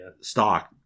stock